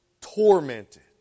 tormented